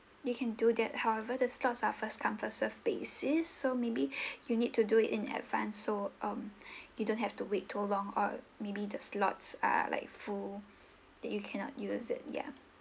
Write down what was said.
you can do that however the slots are first come first served basis so maybe you need to do it in advance so mm you don't have to wait too long or maybe the slots are like full that you cannot use it ya